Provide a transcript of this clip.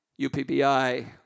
UPBI